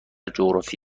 جغرافی